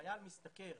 כשחייל משתכר,